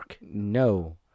No